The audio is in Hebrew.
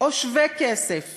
או שווה-כסף